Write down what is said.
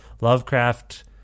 Lovecraft